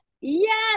Yes